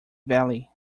valley